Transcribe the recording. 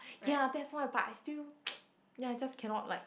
ya that's why but I still ya I just cannot like